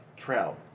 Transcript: Trout